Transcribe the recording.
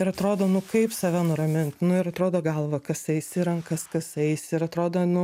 ir atrodo nu kaip save nuramint nu ir atrodo galvą kasaisi ir rankas kasaisi ir atrodo nu